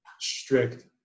strict